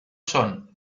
son